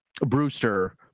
Brewster